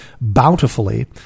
bountifully